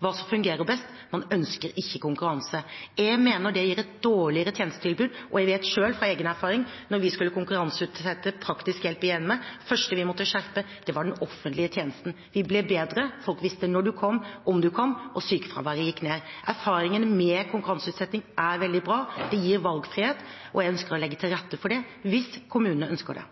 hva som fungerer best – man ønsker ikke konkurranse. Jeg mener det gir et dårligere tjenestetilbud. Jeg vet selv av egen erfaring fra da vi skulle konkurranseutsette praktisk hjelp i hjemmet, at det første vi måtte skjerpe, var den offentlige tjenesten. Den ble bedre, folk visste når man kom, om man kom, og sykefraværet gikk ned. Erfaringene med konkurranseutsetting er veldig bra. Det gir valgfrihet, og jeg ønsker å legge til rette for det, hvis kommunene ønsker det.